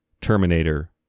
Terminator